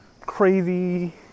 Crazy